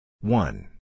one